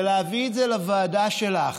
ולהביא את זה לוועדה שלך,